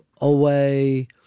away